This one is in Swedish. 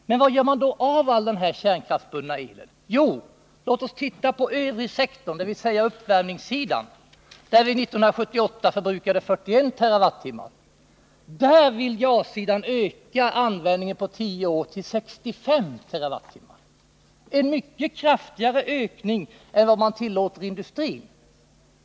Men vad gör man med all denna kärnkraftsbundna el? Låt oss titta på övrigsektorn, dvs. uppvärmningssidan, där vi 1978 förbrukade 41 TWh. Där vill ja-sidan öka användningen på tio år till 65 TWh. Det är en mycket kraftigare ökning än vad man tillåter i industrin.